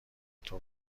دوتا